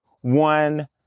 one